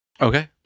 Okay